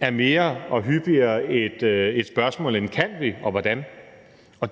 er mere og hyppigere et spørgsmål end: Kan vi, og hvordan?